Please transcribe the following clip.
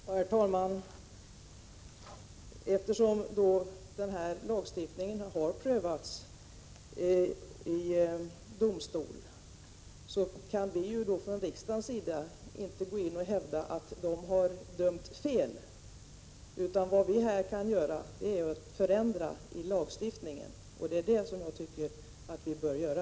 Herr talman! Eftersom den här lagstiftningen har prövats i domstol, kan vi från riksdagens sida inte hävda att domstolen har dömt fel. Vad vi här kan göra är att åstadkomma en förändring i lagstiftningen, och det är det som jag tycker att vi bör göra.